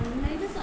നന്നായിട്ട് സ